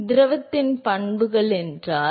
எனவே திரவத்தின் பண்புகள் என்றால்